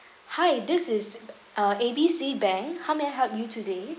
hi this is uh A B C bank how may I help you today